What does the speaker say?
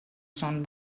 son